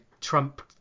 Trump